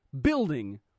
building